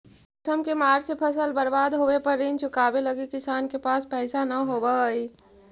मौसम के मार से फसल बर्बाद होवे पर ऋण चुकावे लगी किसान के पास पइसा न होवऽ हइ